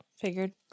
Figured